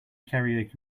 karaoke